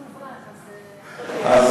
המצב הוא מעוות, אז,